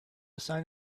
sign